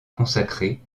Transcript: consacrée